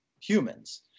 humans